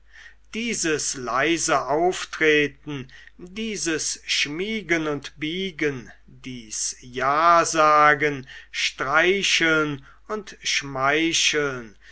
dieses leise auftreten dieses schmiegen und biegen dies jasagen streicheln und schmeicheln